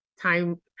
time